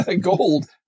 gold